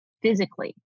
Physically